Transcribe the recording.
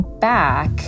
back